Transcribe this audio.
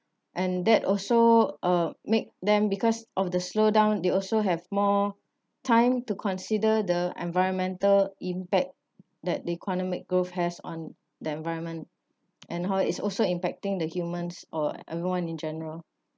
and that also uh make them because of the slow down they also have more time to consider the environmental impact that the economic growth has on the environment and how is also impacting the humans or everyone in general